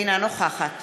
אינה נוכחת